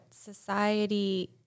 society